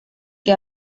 que